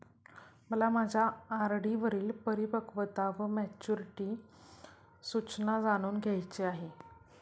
मला माझ्या आर.डी वरील परिपक्वता वा मॅच्युरिटी सूचना जाणून घ्यायची आहे